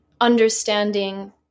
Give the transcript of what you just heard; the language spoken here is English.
understanding